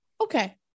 okay